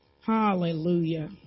Hallelujah